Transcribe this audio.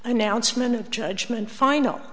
announcement of judgment final